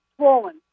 swollen